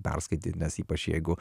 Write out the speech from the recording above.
perskaityt nes ypač jeigu